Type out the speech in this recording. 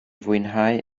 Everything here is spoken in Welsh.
fwynhau